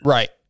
Right